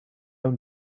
own